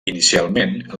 inicialment